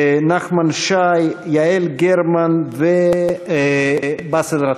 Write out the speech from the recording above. נחמן שי, יעל גרמן ובאסל גטאס.